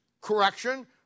correction